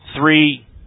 three